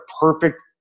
perfect